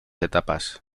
etapas